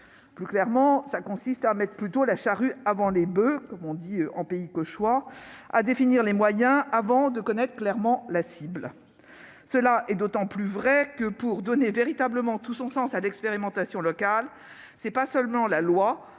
Plus clairement, cela consiste à « mettre la charrue avant les boeufs », comme on le dit en pays cauchois, en définissant les moyens avant de connaître clairement la cible. Cela est d'autant plus vrai que, pour donner véritablement tout son sens à l'expérimentation locale, c'est non seulement la loi